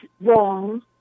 wrong